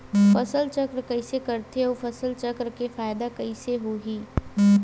फसल चक्र कइसे करथे उ फसल चक्र के फ़ायदा कइसे से होही?